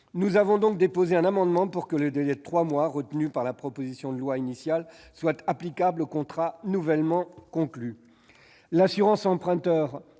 Nous avons donc déposé un amendement visant à ce que le délai de trois mois, retenu par la proposition de loi initiale, soit applicable aux contrats nouvellement conclus. L'assurance emprunteur